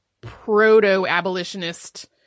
proto-abolitionist